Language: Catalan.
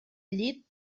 llit